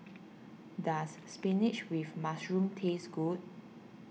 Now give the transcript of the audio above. does Spinach with Mushroom taste good